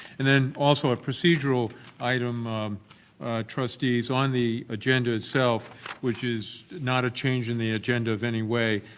and then also a procedural item trustees on the agenda itself which is not a change in the agenda of any way.